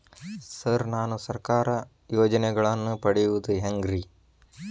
Sir ನಾನು ಸರ್ಕಾರ ಯೋಜೆನೆಗಳನ್ನು ಪಡೆಯುವುದು ಹೆಂಗ್ರಿ?